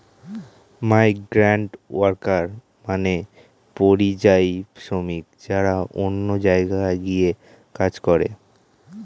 migrant worker মানে পরিযায়ী শ্রমিক যারা অন্য জায়গায় গিয়ে কাজ করে